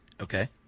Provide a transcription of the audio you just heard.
Okay